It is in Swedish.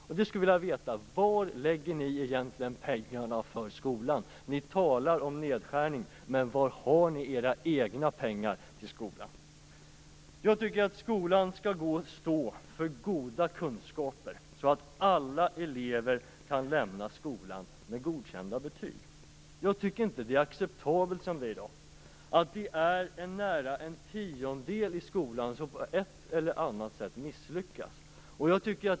Jag skulle vilja veta: Var lägger ni egentligen pengarna till skolan? Ni talar om nedskärningar, men var har ni era egna pengar till skolan? Jag tycker att skolan skall kunna stå för goda kunskaper så att alla elever kan lämna skolan med godkända betyg. Jag tycker inte att det är acceptabelt, som det är i dag, att nära en tiondel på ett eller annat sätt misslyckas i skolan.